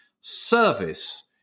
service